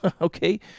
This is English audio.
okay